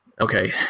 okay